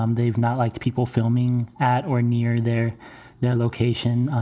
um they've not liked people filming at or near their yeah location.